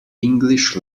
english